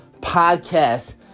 Podcast